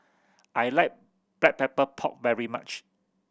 I like Black Pepper Pork very much